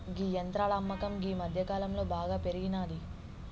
గీ యంత్రాల అమ్మకం గీ మధ్యకాలంలో బాగా పెరిగినాది